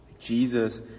jesus